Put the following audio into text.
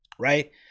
right